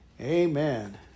Amen